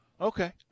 Okay